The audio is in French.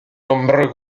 nombreux